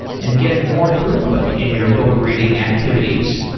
and get more throughput in your book reading activities.